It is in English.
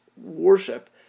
worship